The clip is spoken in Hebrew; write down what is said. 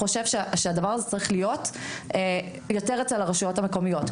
שהדבר הזה צריך להיות יותר אצל הרשויות המקומיות.